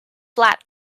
flat